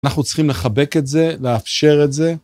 אנחנו צריכים לחבק את זה, לאפשר את זה.